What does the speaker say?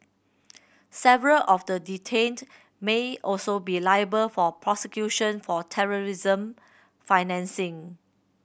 several of the detained may also be liable for prosecution for terrorism financing